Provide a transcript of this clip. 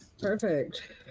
Perfect